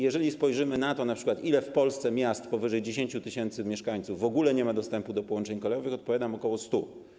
Jeżeli spojrzymy np. na to, ile w Polsce miast powyżej 10 tys. mieszkańców w ogóle nie ma dostępu do połączeń kolejowych, odpowiadam: ok. 100.